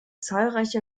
zahlreiche